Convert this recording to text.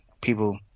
people